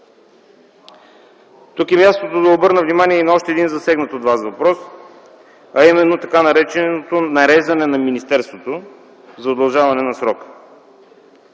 Тук е мястото да обърна внимание и на още един засегнат от Вас въпрос, а именно така нареченото нареждане на министерството за удължаване на срока.